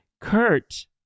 Kurt